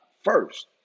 first